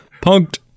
punked